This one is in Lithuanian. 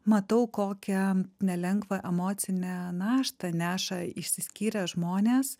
matau kokią nelengvą emocinę naštą neša išsiskyrę žmonės